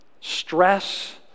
stress